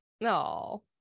No